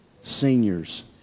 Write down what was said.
seniors